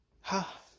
Ha